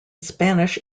spanish